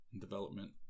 development